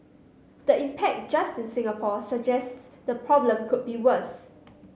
the impact just in Singapore suggests the problem could be worse